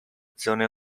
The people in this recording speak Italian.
zone